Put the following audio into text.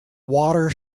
water